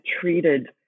treated